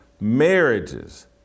marriages